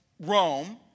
Rome